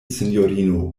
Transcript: sinjorino